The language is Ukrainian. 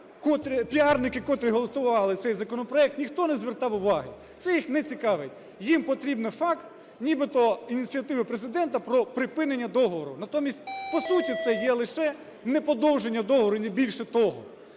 піарники, котрі готували цей законопроект, ніхто не звертав уваги. Це їх не цікавить. Їм потрібен факт нібито ініціативи Президента про припинення договору. Натомість по суті це є лише неподовження договору, і не більше того.